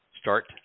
Start